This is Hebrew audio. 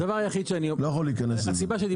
אני לא יכול להיכנס לזה.